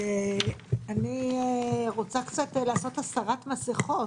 אני רוצה לעשות קצת הסרת מסכות.